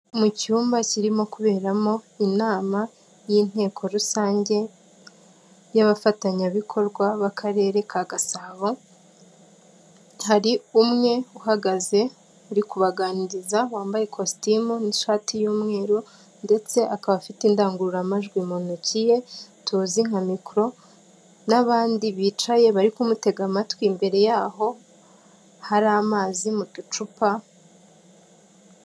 Mu cyumba kirimo kuberamo inama y'inteko rusange y'abafatanyabikorwa b'Akarere ka Gasabo, hari umwe uhagaze uri kubaganiriza wambaye kositimu n'ishati y'umweru ndetse akaba afite indangururamajwi mu ntoki ye tuzi nka mikoro, n'abandi bicaye bari kumutega amatwi. Imbere y'aho hari amazi mu ducupa...